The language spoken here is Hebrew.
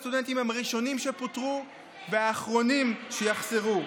הצעירים והסטודנטים הם הראשונים שפוטרו והאחרונים שיחזרו.